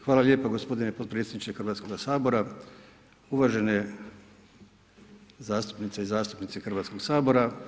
Hvala lijepa gospodine potpredsjedniče Hrvatskoga sabora, uvažene zastupnice i zastupnici Hrvatskog sabora.